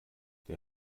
der